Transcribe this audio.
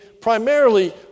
primarily